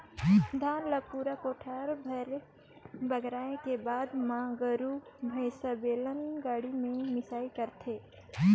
धान ल पूरा कोठार भेर बगराए के बाद मे गोरु भईसा, बेलन गाड़ी में मिंसई करथे